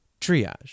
Triage